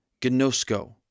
gnosko